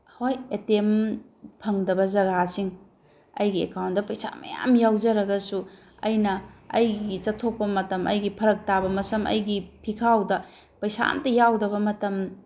ꯍꯣꯏ A T M ꯐꯪꯗꯕ ꯖꯒꯥꯁꯤꯡ ꯑꯩꯒꯤ ꯑꯦꯀꯥꯎꯟꯗ ꯄꯩꯁꯥ ꯃꯌꯥꯝ ꯌꯥꯎꯖꯔꯒꯁꯨ ꯑꯩꯅ ꯑꯩꯒꯤ ꯆꯠꯊꯣꯛꯄ ꯃꯇꯝ ꯑꯩꯒꯤ ꯐꯔꯛ ꯇꯥꯕ ꯑꯩꯒꯤ ꯐꯤꯈꯥꯎꯗ ꯄꯩꯁꯥ ꯑꯝꯇ ꯌꯥꯎꯗꯕ ꯃꯇꯝ